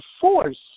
force